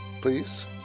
Please